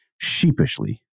sheepishly